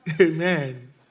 Amen